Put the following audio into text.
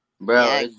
Bro